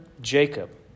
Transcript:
Jacob